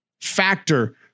Factor